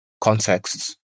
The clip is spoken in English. contexts